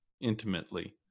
intimately